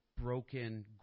broken